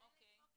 כמנהלת או כמפקחת.